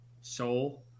soul